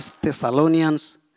Thessalonians